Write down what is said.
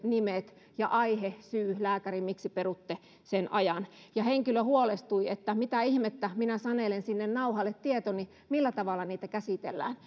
nimet ja aihe syy lääkäriin miksi perutte sen ajan henkilö huolestui että mitä ihmettä minä sanelen sinne nauhalle tietoni millä tavalla niitä käsitellään